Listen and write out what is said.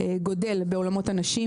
גדל בעולמות הנשים.